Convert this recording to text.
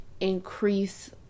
increase